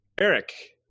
Eric